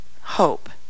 hope